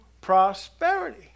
prosperity